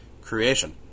creation